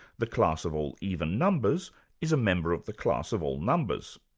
the class of all even numbers is a member of the class of all numbers.